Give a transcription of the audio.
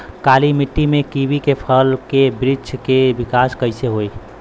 काली मिट्टी में कीवी के फल के बृछ के विकास कइसे होई?